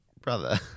brother